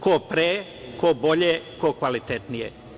Ko pre, ko bolje, ko kvalitetnije.